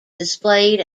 displayed